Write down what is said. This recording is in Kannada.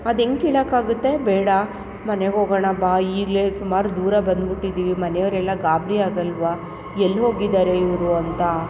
ಅದೆಂಗೆ ಕೀಳೊಕ್ಕಾಗುತ್ತೆ ಬೇಡ ಮನೆಗೆ ಹೋಗೋಣ ಬಾ ಈಗಲೆ ಸುಮಾರು ದೂರ ಬಂದು ಬಿಟ್ಟಿದ್ದೀವಿ ಮನೆಯವರೆಲ್ಲ ಗಾಬರಿ ಆಗಲ್ವ ಎಲ್ಲ ಹೋಗಿದ್ದಾರೆ ಇವರು ಅಂತ